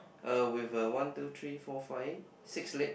uh with a one two three four fix six leg